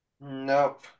Nope